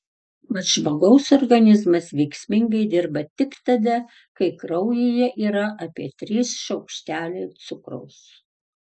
mat žmogaus organizmas veiksmingai dirba tik tada kai kraujyje yra apie trys šaukšteliai cukraus